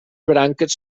branques